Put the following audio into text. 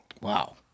Wow